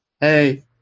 Hey